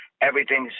everything's